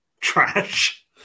trash